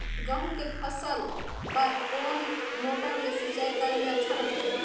गहूं के फसल बार कोन मोटर ले सिंचाई करे ले अच्छा रथे?